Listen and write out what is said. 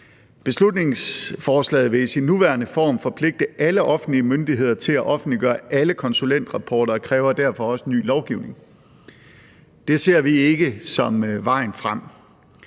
beslutningsforslaget vil i sin nuværende form forpligte alle offentlige myndigheder til at offentliggøre alle konsulentrapporter og kræver derfor også ny lovgivning. Det ser vi ikke som vejen frem.